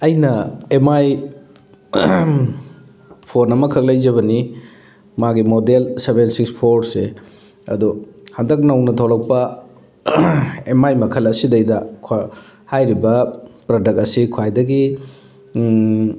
ꯑꯩꯅ M I phone ꯑꯃꯈꯛ ꯂꯩꯖꯕꯅꯤ ꯃꯥꯒꯤ ꯃꯣꯗꯦꯜ ꯁꯕꯦꯟ ꯁꯤꯛꯁ ꯐꯣꯔ ꯁꯦ ꯑꯗꯣ ꯍꯟꯗꯛ ꯅꯧꯅ ꯊꯣꯛꯂꯛꯄ ꯑꯦꯝ ꯃꯥꯏ ꯃꯈꯜ ꯑꯁꯤꯗ ꯍꯥꯏꯔꯤꯕ ꯄ꯭ꯔꯗꯛ ꯑꯁꯤ ꯈ꯭ꯋꯥꯏꯗꯒꯤ